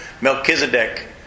Melchizedek